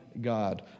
God